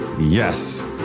yes